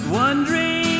wondering